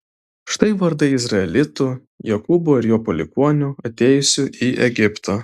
štai vardai izraelitų jokūbo ir jo palikuonių atėjusių į egiptą